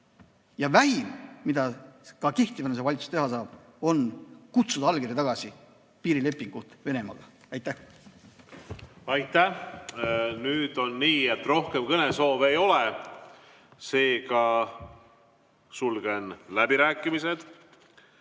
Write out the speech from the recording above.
Ja vähim, mida ka kehtivana see valitsus teha saab, on kutsuda allkiri tagasi piirilepingult Venemaaga. Aitäh! Aitäh! Nüüd on nii, et rohkem kõnesoove ei ole. Seega sulgen läbirääkimised.